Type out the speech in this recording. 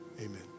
Amen